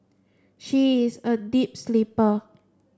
she is a deep sleeper